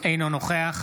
אינו נוכח